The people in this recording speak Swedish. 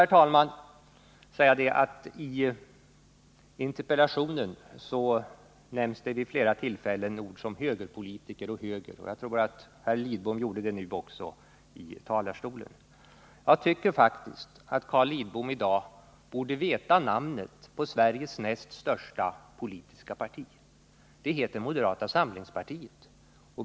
Får jag också säga att det i interpellationen vid flera tillfällen nämns ord som ”högerpolitiker” och ”höger”. Jag tror att herr Lidbom gjorde det nu också i talarstolen. Jag tycker faktiskt att Carl Lidbom borde veta namnet på Sveriges i dag näst största politiska parti: det heter moderata samlingspartiet.